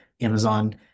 Amazon